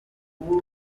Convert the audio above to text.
uwo